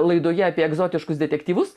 laidoje apie egzotiškus detektyvus